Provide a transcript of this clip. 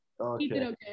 okay